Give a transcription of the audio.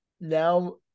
now